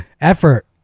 Effort